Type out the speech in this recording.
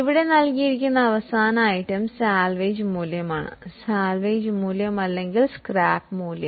ഇവിടെ നൽകിയിരിക്കുന്ന അവസാന ഇനം സാൽവേജ് മൂല്യമാണ് സാൽവേജ് മൂല്യം അല്ലെങ്കിൽ സ്ക്രാപ്പ് മൂല്യം